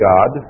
God